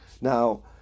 Now